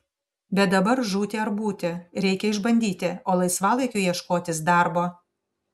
bet dabar žūti ar būti reikia išbandyti o laisvalaikiu ieškotis darbo